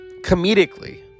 comedically